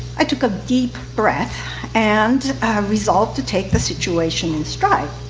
i took a deep breath and resolved to take the situation in stride.